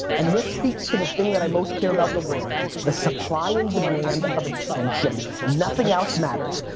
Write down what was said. and this speaks to the thing that i most care about in the world. the supply and demand of attention. nothing else matters.